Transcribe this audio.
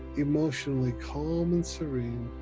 emotionally calm and serene.